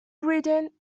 britain